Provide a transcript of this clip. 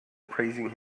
praising